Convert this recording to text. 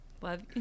Love